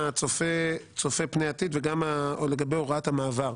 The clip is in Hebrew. צופה פני עתיד וגם לגבי הוראת המעבר.